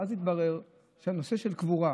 ואז התברר שהנושא של קבורה,